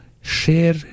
share